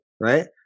right